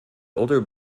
older